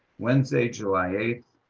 wednesday, july eighth,